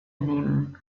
nehmen